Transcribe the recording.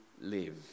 live